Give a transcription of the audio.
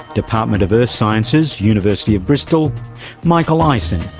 department of earth sciences, university of bristol michael eisen,